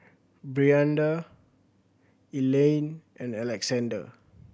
Brianda Elayne and Alexander